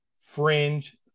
fringe